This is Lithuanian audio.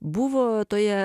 buvo toje